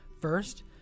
first